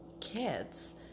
kids